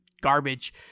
garbage